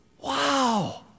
Wow